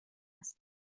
است